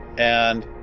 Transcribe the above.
and,